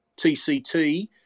TCT